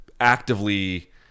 actively